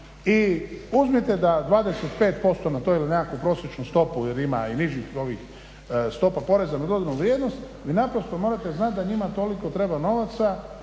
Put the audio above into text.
i uzmite da 25% na to ili nekakvu prosječnu stopu jer ima i nižih stopa poreza na dodanu vrijednost, vi naprosto morate znat da njima toliko treba novaca